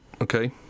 Okay